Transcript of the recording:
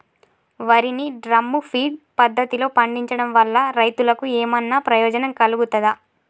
వరి ని drum feed పద్ధతిలో పండించడం వల్ల రైతులకు ఏమన్నా ప్రయోజనం కలుగుతదా?